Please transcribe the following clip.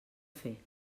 fer